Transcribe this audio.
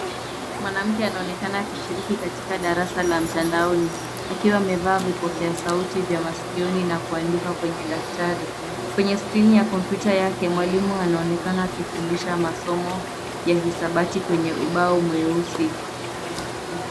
Mwanamke anaonekana akishiriki katika darasa la mtandaoni akiwa amevaa vipokea sauti vya masikioni na kuandika kwenye daftali. Kwenye skrini ya komputa yake mwalimu anaonekana akifundisha masomo ya hisabati kwenye ubao mweusi.